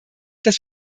dass